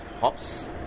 hops